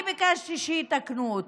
אני ביקשתי שיתקנו אותה.